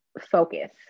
focus